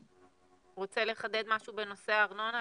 אתה רוצה לחדד משהו בנושא הארנונה,